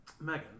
Megan